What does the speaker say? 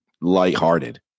lighthearted